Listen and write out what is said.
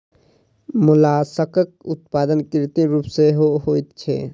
मोलास्कक उत्पादन कृत्रिम रूप सॅ सेहो होइत छै